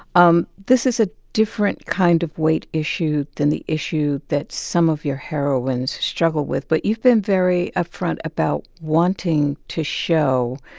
um this is a different kind of weight issue than the issue that some of your heroines struggle with. but you've been very upfront about wanting to show